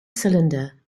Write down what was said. cylinder